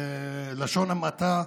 בלשון המעטה.